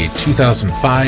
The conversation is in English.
2005